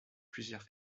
plusieurs